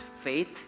faith